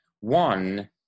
one